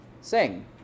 sing